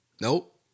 Nope